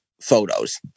photos